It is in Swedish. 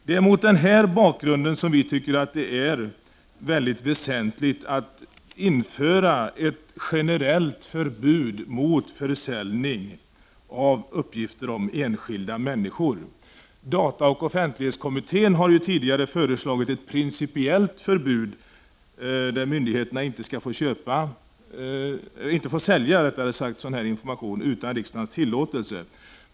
Det är mot denna bakgrund som vi tycker att det är mycket väsentligt att införa ett generellt förbud mot försäljning av uppgifter om enskilda människor. Dataoch offentlighetskommittén har tidigare föreslagit ett principiellt förbud där myndigheterna inte skall få sälja sådan information utan riksdagens tillåtelse.